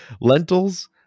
Lentils